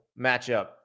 matchup